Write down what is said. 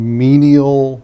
menial